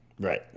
Right